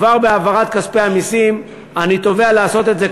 וכבר בהעברת כספי המסים אני תובע לעשות את זה,